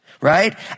right